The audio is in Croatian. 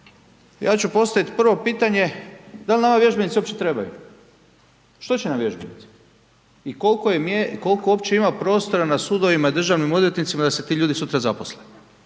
ja ću postaviti prvo pitanje, dal nama vježbenici uopće trebaju, što će nam vježbenici i koliko uopće ima prostora na sudovima i državnim odvjetnicima da se ti ljudi sutra zaposle.